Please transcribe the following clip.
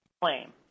claim